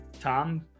Tom